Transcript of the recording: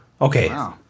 Okay